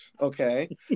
Okay